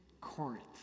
Corinth